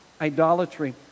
idolatry